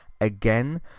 again